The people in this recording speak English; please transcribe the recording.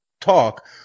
talk